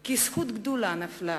כי זכות גדולה נפלה